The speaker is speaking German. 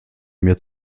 mir